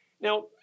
Now